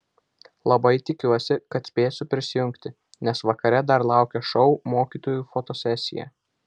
labai tikiuosi kad spėsiu prisijungti nes vakare dar laukia šou mokytojų fotosesija